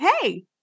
hey